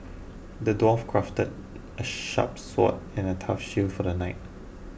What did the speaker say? the dwarf crafted a sharp sword and a tough shield for the knight